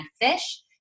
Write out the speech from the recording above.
fish